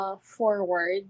Forward